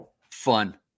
fun